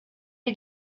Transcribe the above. est